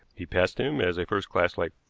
he passed him as a first-class life.